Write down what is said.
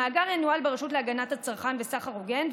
המאגר ינוהל ברשות להגנת הצרכן וסחר הוגן,